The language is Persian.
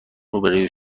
روبروی